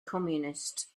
communist